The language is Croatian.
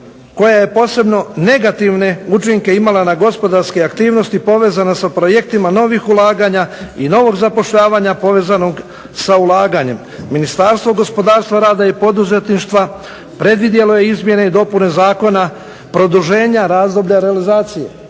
koja je posebno negativne učinke imala na gospodarske aktivnosti, povezana sa projektima novih ulaganja i novog zapošljavanja povezanog sa ulaganjem. Ministarstvo gospodarstva, rada i poduzetništva predvidjelo je izmjene i dopune Zakona, produženja razdoblja realizacije.